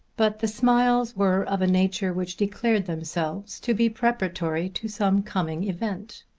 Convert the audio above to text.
but the smiles were of a nature which declared themselves to be preparatory to some coming event.